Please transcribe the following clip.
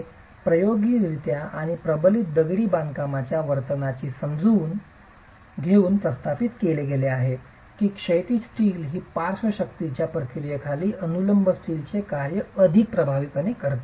हे प्रायोगिकरित्या आणि प्रबलित दगडी बांधकामाच्या वर्तनाची समजून घेऊन स्थापित केले गेले आहे की क्षैतिज स्टील ही पार्श्व शक्तीच्या प्रतिक्रियेखाली अनुलंब स्टीलचे कार्य अधिक प्रभावीपणे करते